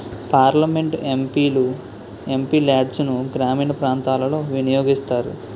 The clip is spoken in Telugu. పార్లమెంట్ ఎం.పి లు ఎం.పి లాడ్సును గ్రామీణ ప్రాంతాలలో వినియోగిస్తారు